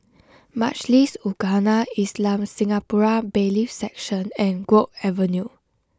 Majlis Ugama Islam Singapura Bailiffs' Section and Guok Avenue